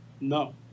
No